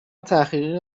تحقیقی